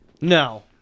No